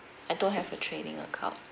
I don't have a trading account